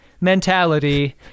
mentality